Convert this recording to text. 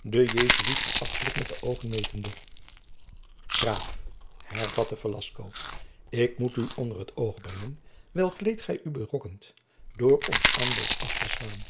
den jesuit verachtelijk met de oogen metende graaf hervatte velasco ik moet u onder t oog brengen welk leed gij u berokkent door ons aanbod af te slaan